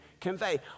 convey